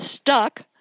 stuck